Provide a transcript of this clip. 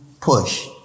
push